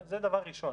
זה דבר ראשון.